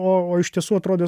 o o iš tiesų atrodys